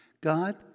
God